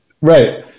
Right